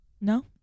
No